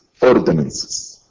ordinances